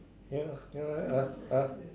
ya ya ah ah